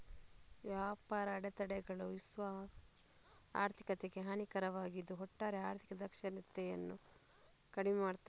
ವ್ಯಾಪಾರ ಅಡೆತಡೆಗಳು ವಿಶ್ವ ಆರ್ಥಿಕತೆಗೆ ಹಾನಿಕಾರಕವಾಗಿದ್ದು ಒಟ್ಟಾರೆ ಆರ್ಥಿಕ ದಕ್ಷತೆಯನ್ನ ಕಡಿಮೆ ಮಾಡ್ತದೆ